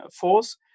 force